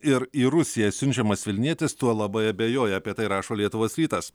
ir į rusiją siunčiamas vilnietis tuo labai abejoja apie tai rašo lietuvos rytas